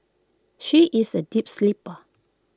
she is A deep sleeper